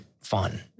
fun